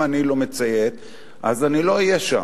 אם אני לא מציית, אז אני לא אהיה שם.